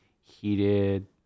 heated